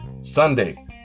Sunday